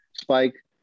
spike